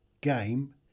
game